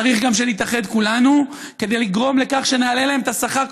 צריך גם שנתאחד כולנו כדי לגרום לכך שנעלה להם את השכר,